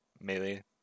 melee